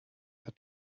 hat